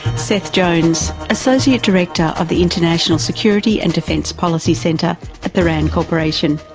seth jones, associate director of the international security and defense policy center at the rand corporation.